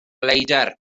leidr